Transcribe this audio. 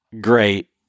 great